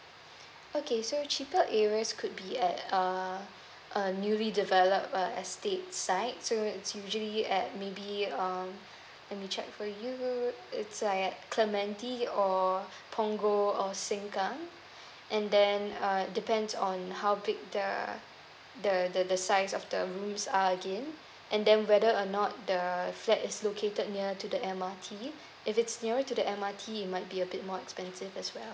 okay so cheaper areas could be at uh a newly develop uh estate side so it's usually at maybe um let me check for you it's like clementi or punggol or sengkang and then uh it depends on how big the the the the size of the rooms are again and then whether or not the flat is located near to the M_R_T if it's nearer to the M_R_T it might be a bit more expensive as well